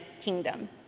kingdom